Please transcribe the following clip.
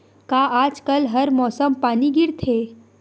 का आज कल हर मौसम पानी गिरथे?